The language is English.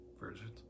versions